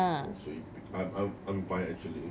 我随 I'm I'm fine actually